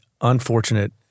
unfortunate